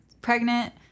pregnant